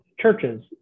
churches